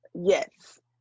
Yes